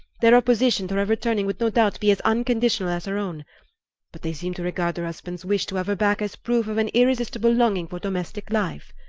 their opposition to her returning would no doubt be as unconditional as her own but they seem to regard her husband's wish to have her back as proof of an irresistible longing for domestic life.